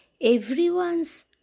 everyone's